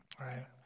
Right